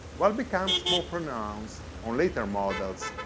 while becomes more pronounced on later models,